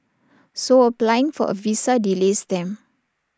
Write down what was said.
so applying for A visa delays them